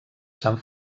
sant